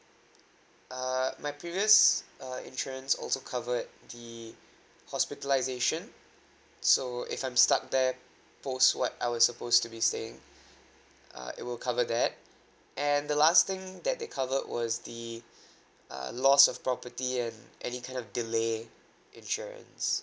uh my previous uh insurance also covered the hospitalisation so if I'm stuck there post what I was suppose to be staying uh it will cover that and the last thing that they cover was the uh loss of property and any kind a delay insurance